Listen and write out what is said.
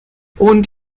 und